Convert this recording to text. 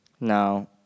No